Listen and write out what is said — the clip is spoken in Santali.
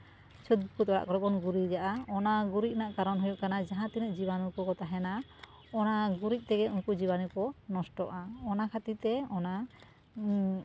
ᱪᱷᱩᱛ ᱵᱩᱠᱩᱛ ᱚᱲᱟᱜ ᱠᱚᱨᱮ ᱵᱚᱱ ᱜᱩᱨᱤᱡᱟᱜᱼᱟ ᱚᱱᱟ ᱜᱩᱨᱤᱡ ᱨᱮᱱᱟᱜ ᱠᱟᱨᱚᱱ ᱦᱩᱭᱩᱜ ᱠᱟᱱᱟ ᱡᱟᱦᱟᱸ ᱛᱤᱱᱟᱹᱜ ᱡᱤᱵᱟᱱᱩ ᱠᱚᱠᱚ ᱛᱟᱦᱮᱱᱟ ᱚᱱᱟ ᱜᱩᱨᱤᱡ ᱛᱮᱜᱮ ᱩᱱᱠᱩ ᱡᱤᱵᱟᱱᱩ ᱠᱚ ᱱᱚᱥᱴᱚᱜᱼᱟ ᱚᱱᱟ ᱠᱷᱟᱹᱛᱤᱨ ᱛᱮ ᱚᱱᱟ